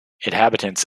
inhabitants